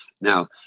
Now